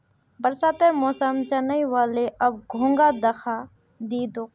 बरसातेर मौसम चनइ व ले, अब घोंघा दखा दी तोक